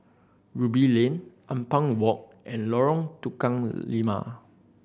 Ruby Lane Ampang Walk and Lorong Tukang Lima